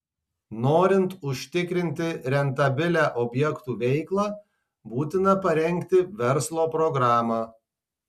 norint užtikrinti rentabilią objektų veiklą būtina parengti verslo programą